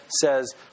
says